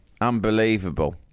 unbelievable